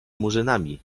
murzynami